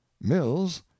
Mills